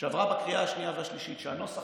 שעברה בקריאה השנייה והשלישית והנוסח